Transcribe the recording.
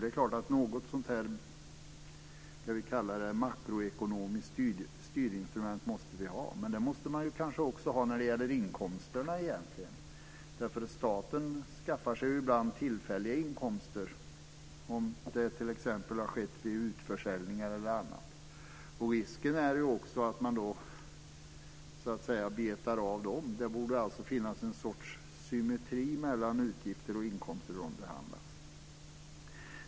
Det är klart att vi måste ha något sådant makroekonomiskt styrinstrument, men det måste man egentligen också ha för inkomsterna. Staten skaffar sig ju ibland tillfälliga inkomster, t.ex. i samband med utförsäljningar. Risken är då att man betar av dem. Det borde finnas något slags symmetri mellan hur utgifter och inkomster behandlas.